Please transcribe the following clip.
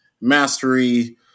mastery